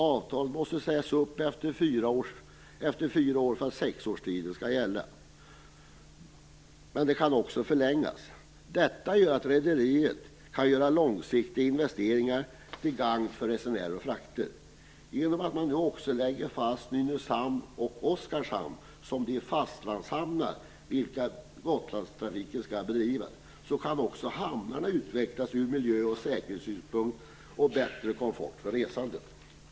Avtalet måste sägas upp efter fyra år för att avtalsperioden sex år skall gälla, men det kan också förlängas. Detta gör att rederiet kan göra långsiktiga investeringar till gagn för resenärer och frakter. Genom att man nu också lägger fast Nynäshamn och Oskarshamn som de fastlandshamnar med vilka Gotlandstrafik skall bedrivas, kan hamnarna utvecklas ur miljö och säkerhetssynpunkt. Därmed förbättras komforten för de resande.